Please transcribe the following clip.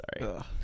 Sorry